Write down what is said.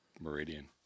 Meridian